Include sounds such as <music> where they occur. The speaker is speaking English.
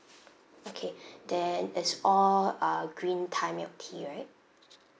okay <breath> then it's all uh green thai milk tea right